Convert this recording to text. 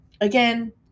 again